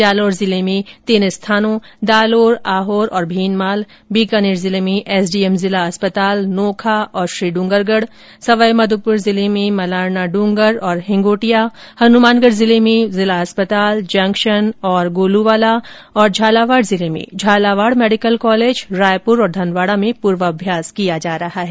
जालौर जिले में तीन स्थानों दालोर आहोर और भीनमाल बीकानेर जिले में एसडीएम जिला अस्पताल नोखा और श्रीडूंगरगढ़ सवाई माधोपुर में मलारना डूंगर और हिंगोटिया हनुामनगढ़ जिले में जिला अस्पताल जंक्शन और गोलुवाला और झालावाड़ जिले में झालावाड मेडिकल कॉलेज रायपुर और धनवाड़ा में पूर्वाभ्यास किया जा रहा है